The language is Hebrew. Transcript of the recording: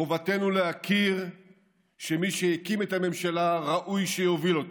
חובתנו להכיר שמי שהקים את הממשלה ראוי שיוביל אותה,